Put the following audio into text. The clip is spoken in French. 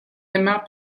aimant